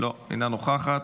אינה נוכחת,